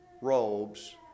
robes